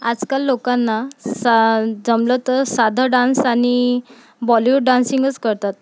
आजकाल लोकांना सा जमलं तर साधं डान्स आणि बॉलिवुड डान्सिंगच करतात